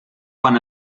quan